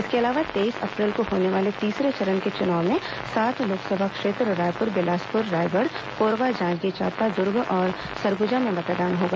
इसके अलावा तेईस अप्रैल को होने वाले तीसरे चरण के चुनाव में सात लोकसभा क्षेत्र रायपुर बिलासपुर रायगढ़ कोरबा जांजगीर चांपा दुर्ग और सरगुजा में मतदान होगा